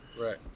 Right